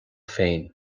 féin